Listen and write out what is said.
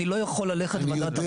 אני לא יכול ללכת לוועדת ערער.